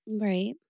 Right